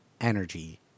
energy